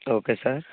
okay sir